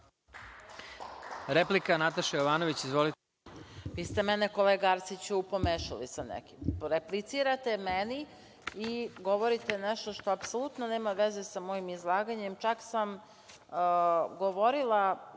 Izvolite. **Nataša Jovanović** Vi ste mene, kolega Arsiću, pomešali sa nekim. Replicirate meni i govorite nešto što apsolutno nema veze sa mojim izlaganjem. Čak sam govorila